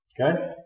Okay